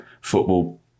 football